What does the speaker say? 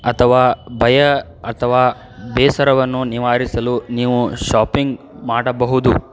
ಅಥವಾ ಭಯ ಅಥವಾ ಬೇಸರವನ್ನು ನಿವಾರಿಸಲು ನೀವು ಶಾಪಿಂಗ್ ಮಾಡಬಹುದು